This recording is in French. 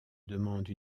demande